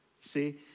See